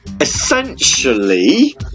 essentially